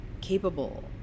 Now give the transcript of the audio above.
capable